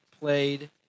played